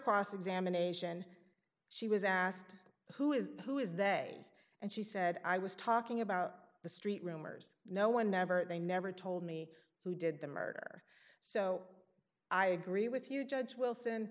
cross examination she was asked who is who is they and she said i was talking about the street rumors no one never they never told me who did the murder so i agree with you judge wilson